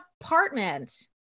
apartment